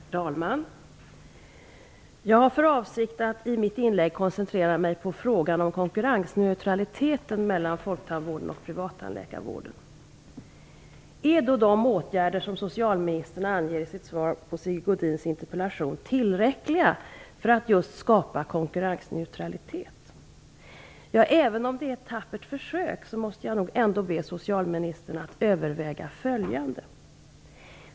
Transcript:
Herr talman! Jag har för avsikt att i mitt inlägg koncentrera mig på frågan om konkurrensneutraliteten mellan folktandvården och privattandläkarvården. Är de åtgärder som socialministern anger i sitt svar på Sigge Godins interpellation tillräckliga för att skapa konkurrensneutralitet? Även om det är ett tappert försök, måste jag be socialministern att överväga följande.